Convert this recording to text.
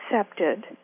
accepted